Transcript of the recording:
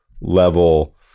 level